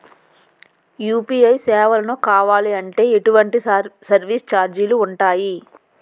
UPI సేవలను కావాలి అంటే ఎటువంటి సర్విస్ ఛార్జీలు ఉంటాయి?